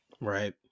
Right